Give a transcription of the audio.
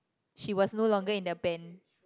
she was no longer in the band